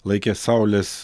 laikė saulės